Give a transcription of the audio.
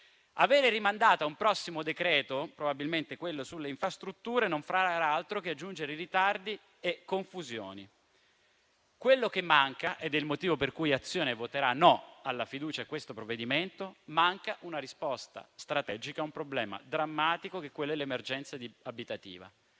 Avere rimandato a un prossimo decreto, probabilmente quello sulle infrastrutture, non fa l'altro che aggiungere ritardi e confusioni. Quello che manca, ed è il motivo per cui Azione voterà no alla fiducia a questo provvedimento, è una risposta strategica a un problema drammatico qual è l'emergenza abitativa.